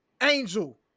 Angel